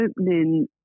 opening